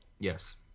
Yes